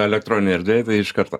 elektroninėj erdvėj tai iš karto